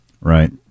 Right